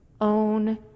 own